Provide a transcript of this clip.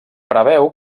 preveu